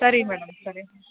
ಸರಿ ಮೇಡಂ ಸರಿ